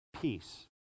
Peace